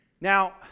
Now